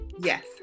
Yes